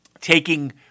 taking